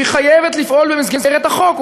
והיא חייבת לפעול במסגרת החוק,